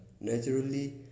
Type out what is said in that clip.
Naturally